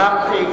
מה רע?